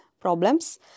problems